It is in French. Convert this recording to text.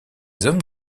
hommes